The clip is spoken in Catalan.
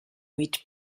mig